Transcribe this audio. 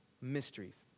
mysteries